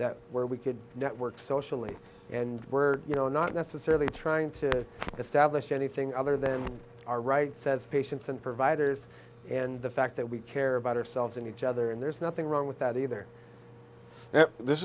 that where we could network socially and where you know not necessarily trying to establish anything other than our right says patients and providers and the fact that we care about ourselves and each other and there's nothing wrong with that either this